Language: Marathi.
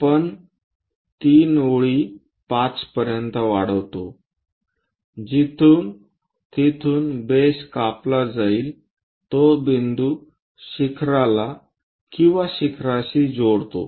आपण 3 ओळी 5 पर्यंत वाढवितो जिथून तिथून बेस कापला जाईल तो बिंदू शिखराला किंवा शिखराशी जोडतो